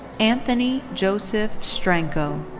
anthony joseph stranko.